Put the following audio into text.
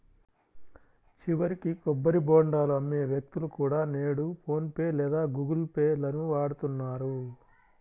చివరికి కొబ్బరి బోండాలు అమ్మే వ్యక్తులు కూడా నేడు ఫోన్ పే లేదా గుగుల్ పే లను వాడుతున్నారు